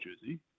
jersey